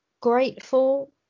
grateful